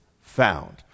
found